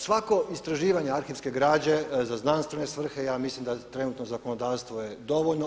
Svako istraživanje arhivske građe za znanstvene svrhe, ja mislim da trenutno zakonodavstvo je dovoljno.